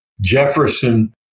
Jefferson